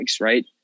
right